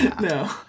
No